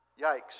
Yikes